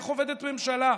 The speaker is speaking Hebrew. איך עובדת ממשלה,